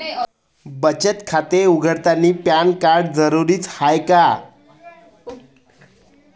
बचत खाते उघडतानी पॅन कार्ड जरुरीच हाय का?